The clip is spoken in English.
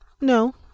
no